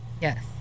Yes